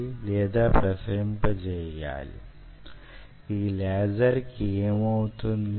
ఈ లేజర్ కి ఏమౌతుంది